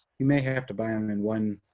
you may have to buy em in one,